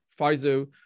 pfizer